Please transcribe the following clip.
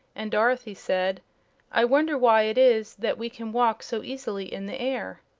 and dorothy said i wonder why it is that we can walk so easily in the air.